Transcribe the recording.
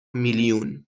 میلیون